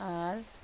আর